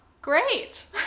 Great